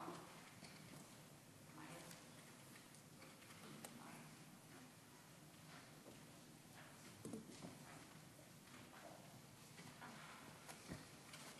לצדה של